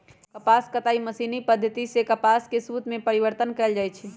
कपास कताई मशीनी पद्धति सेए कपास के सुत में परिवर्तन कएल जाइ छइ